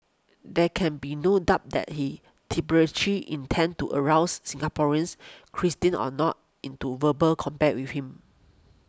there can be no doubt that he intended to arouse Singaporeans Christians or not into verbal combat with him